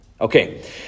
Okay